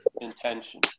intention